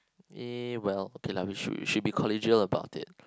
eh okay well lah we should should be collegial about it